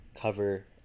cover